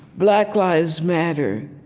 black lives matter.